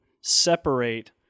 separate